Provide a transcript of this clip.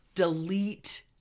delete